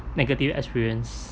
negative experience